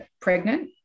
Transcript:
pregnant